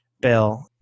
bill